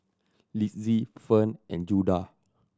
Litzy Fern and Judah